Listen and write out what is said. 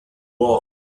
war